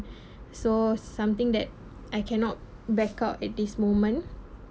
so something that I cannot backup at this moment